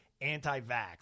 anti-vax